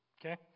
okay